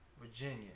Virginia